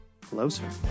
closer